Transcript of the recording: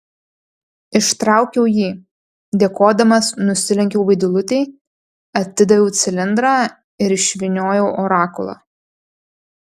ištraukiau jį dėkodamas nusilenkiau vaidilutei atidaviau cilindrą ir išvyniojau orakulą